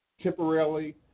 temporarily